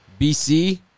BC